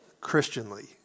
Christianly